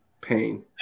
Pain